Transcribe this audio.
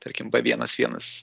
tarkim b vienas vienas